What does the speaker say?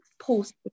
post